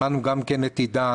שמענו גם את עידן,